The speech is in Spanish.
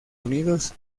unidos